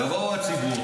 יבוא הציבור,